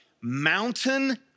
mountain